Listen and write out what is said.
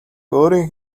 өөрийнх